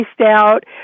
out